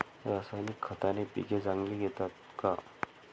रासायनिक खताने पिके चांगली येतात का?